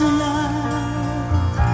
love